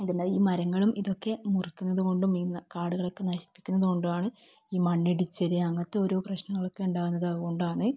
എന്തുണ്ടാകും ഈ മരങ്ങളും ഇതൊക്കെ മുറിക്കുന്നത് കൊണ്ടും ഈ ന കാടുകളൊക്കെ നശിപ്പിക്കുന്നത് കൊണ്ടുമാണ് ഈ മണ്ണിടിച്ചിൽ അങ്ങനത്തെ ഓരോ പ്രശ്നങ്ങളൊക്കെ ഉണ്ടാകുന്നത് അതുകൊണ്ടാണ്